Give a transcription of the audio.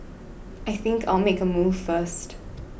I think I'll make a move first